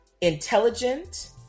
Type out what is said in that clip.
Intelligent